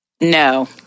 no